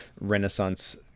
renaissance